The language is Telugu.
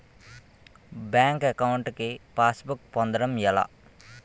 బ్యాంక్ అకౌంట్ కి పాస్ బుక్ పొందడం ఎలా?